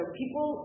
people